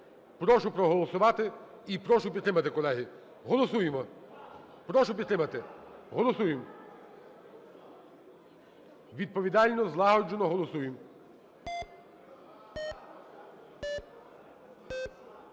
Прошу проголосувати і прошу підтримати, колеги. Голосуємо, прошу підтримати. Голосуємо. Відповідально, злагоджено голосуємо.